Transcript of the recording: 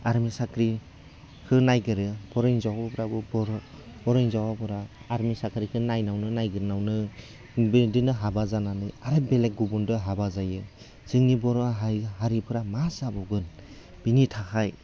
army साख्रिखौ नागिरो बर' हिनजावफोराबो बर' हिनजावफोरा आर्मि साख्रि नायनायावनो नागिरनायावनो बिदिनो हाबा जानानै आरो बेलेक गुबुनजों हाबा जायो जोंनि बर' हारि हारिफोरा मा जाबावगोन बेनि थाखाय